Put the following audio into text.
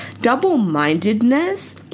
Double-mindedness